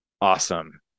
awesome